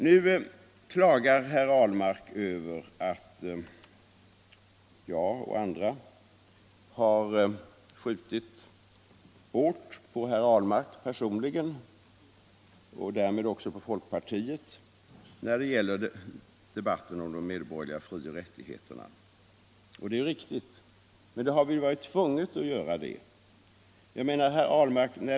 Nu klagar Ahlmark över att jag och andra har skjutit hårt på herr Ahlmark personligen och därmed också på folkpartiet i debatten om de medborgerliga frioch rättigheterna — och det är riktigt. Men vi har ju varit tvungna att göra det. Herr Ahlmark!